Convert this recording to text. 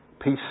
peace